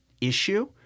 issue